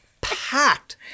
packed